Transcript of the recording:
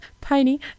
Piney